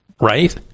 Right